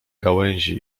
gałęzi